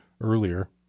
earlier